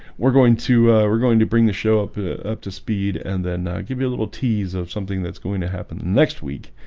we're going to we're going to bring the show up up to speed and then give you a little tease of something that's going to happen next week